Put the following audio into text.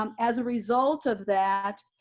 um as a result of that,